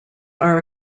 are